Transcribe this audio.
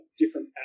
different